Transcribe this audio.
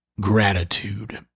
gratitude